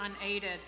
unaided